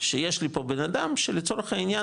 שיש לי פה בנאדם שלצורך העניין,